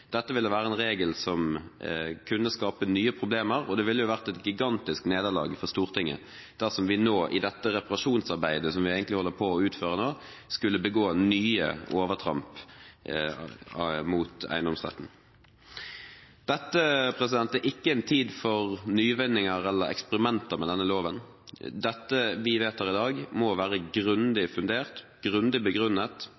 Dette ville være en regel som kunne skapt nye problemer, og det ville jo vært et gigantisk nederlag for Stortinget dersom vi nå – i dette reparasjonsarbeidet som vi egentlig holder på å utføre nå – skulle begå nye overtramp mot eiendomsretten. Dette er ikke en tid for nyvinninger eller eksperimenter med denne loven. Det vi vedtar i dag, må være grundig fundert, grundig begrunnet,